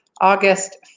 august